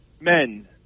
men